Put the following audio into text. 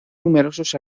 numerosos